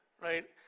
right